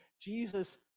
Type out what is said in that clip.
Jesus